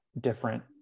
different